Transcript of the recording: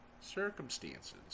circumstances